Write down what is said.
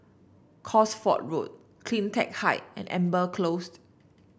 Cosford Road CleanTech Height and Amber Closed